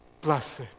blessed